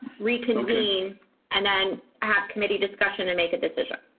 reconvene and then have committee discussion and make a decision.